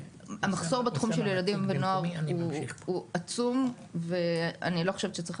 המחסור בתחום של ילדים ונוער הוא עצום ואני לא חושבת שצריך